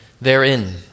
therein